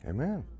Amen